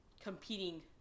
competing